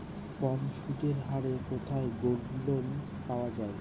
কম সুদের হারে কোথায় গোল্ডলোন পাওয়া য়ায়?